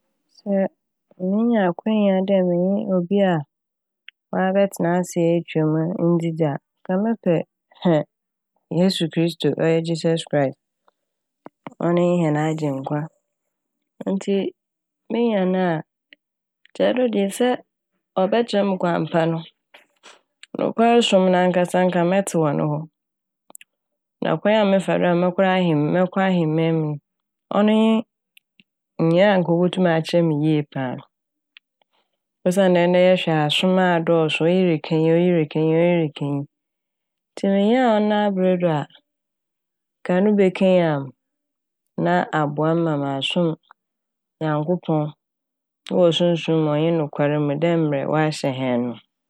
Sɛ mirinya akwanya dɛ menye obi a ɔabɛtsena ase etwa mu ndzidzi a nka mɛpɛ Yesu Kristo ɔyɛ Jesus Christ ɔno nye hɛn agyenkwa. Ntsi minya no a nkyɛ ɔno de sɛ ɔbɛkyerɛ me kwan pa no. Nokwarsom nankasa nka mɛtse no wɔ no hɔ. Na kwan a mɛfa do akɔ ahe- ahemaemu ɔno nye nyia a nka obotum akyerɛ me yie paa osiandɛ ndɛ yɛhwɛ a asom adɔɔso, iyi reka iyi, iyi reka iyi, iyi reka iyi. Ntsi minyaa ɔno n'aberdo a nka ɔno bekenyan m' na aboa m' ma masom Nyankopɔn ɛwɔ sunsum mu ɔnye nokwar mu dɛ mbrɛ Ɔahyɛ hɛn no.